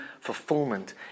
fulfillment